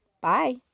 Bye